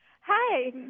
Hi